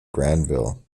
granville